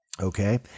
Okay